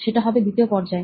সেটা হবে দ্বিতীয় পর্যায়